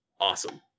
awesome